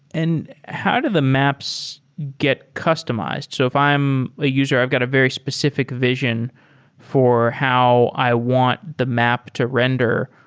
and how do the maps get customized? so if i'm a user, i've got a very specific vision for how i want the map to render,